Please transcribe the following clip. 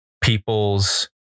people's